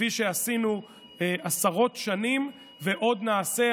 כפי שעשינו עשרות שנים ועוד נעשה.